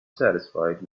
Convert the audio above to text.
satisfied